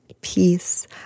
peace